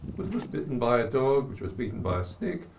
which was bitten by a dog, which was beaten by a stick,